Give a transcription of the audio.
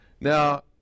Now